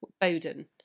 Bowden